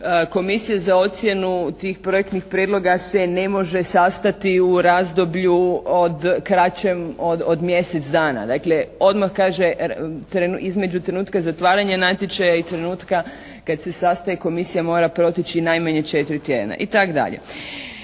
«Komisije za ocjenu tih projektnih prijedloga se ne može sastati u razdoblju kraćem od mjesec dana". Dakle odmah kaže između trenutka zatvaranja natječaja i trenutka kad se sastaje komisija mora proteći najmanje 4 tjedna, itd.